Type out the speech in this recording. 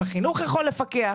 אם החינוך יכול לפקח,